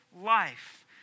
life